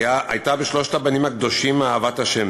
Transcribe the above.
הייתה בשלושת הבנים הקדושים אהבת ה'.